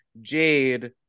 Jade